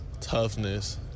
Toughness